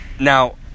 Now